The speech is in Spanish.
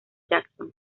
jackson